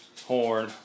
horn